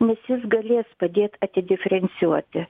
nes jis galės padėt atidifrencijuoti